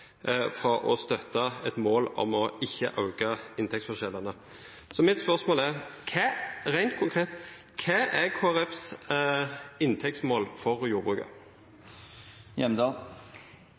fra å støtte et mål om ikke å øke inntektsforskjellene. Så mitt spørsmål er: Rent konkret hva er Kristelig Folkepartis inntektsmål for jordbruket?